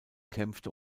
kämpfte